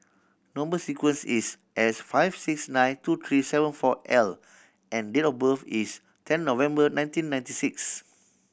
number sequence is S five six nine two three seven four L and date of birth is ten November nineteen ninety six